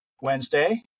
Wednesday